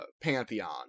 pantheon